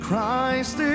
Christ